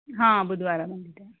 ಹಾಂ ಬುಧವಾರ ಬಂದಿದ್ದೆ